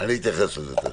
אני אתייחס לזה תיכף.